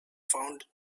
found